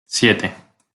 siete